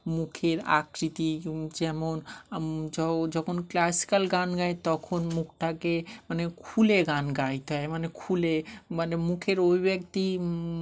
মুখের আকৃতি যেমন যখন ক্লাসিক্যাল গান গায় তখন মুখটাকে মানে খুলে গান গাইতে হয় মানে খুলে মানে মুখের অভিব্যাক্তি